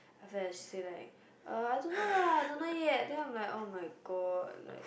after that she say like uh I don't know lah I don't know yet then I'm like oh my god like